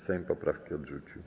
Sejm poprawki odrzucił.